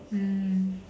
mm